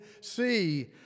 See